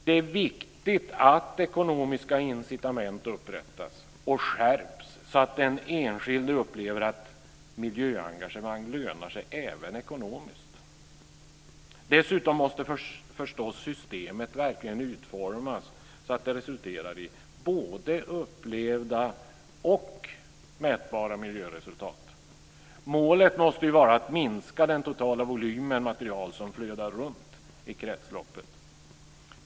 Det är viktigt att ekonomiska incitament upprättas och skärps så att den enskilde upplever att miljöengagemang lönar sig även ekonomiskt. Dessutom måste förstås systemet verkligen utformas så att det resulterar i både upplevda och mätbara miljöresultat. Målet måste ju vara att minska den totala volymen material som flödar runt i kretsloppet.